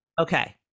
Okay